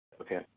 Okay